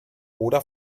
oder